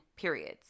periods